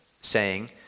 saying